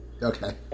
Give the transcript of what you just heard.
Okay